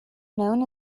known